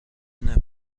نفرین